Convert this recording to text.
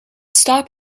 stop